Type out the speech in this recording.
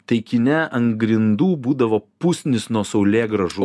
tai kine ant grindų būdavo pusnys nuo saulėgrąžų